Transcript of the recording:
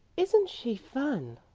isn't she fun?